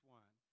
one